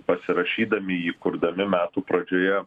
pasirašydami įkurdami metų pradžioje